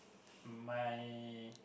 my